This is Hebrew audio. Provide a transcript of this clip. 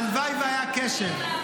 הלוואי שהיה קשר.